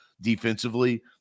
defensively